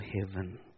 heaven